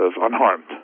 unharmed